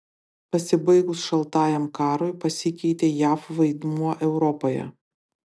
pasibaigus šaltajam karui pasikeitė jav vaidmuo europoje